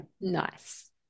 Nice